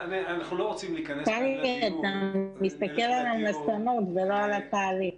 אתה מסתכל על המסקנות ולא על התהליך.